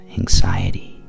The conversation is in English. anxiety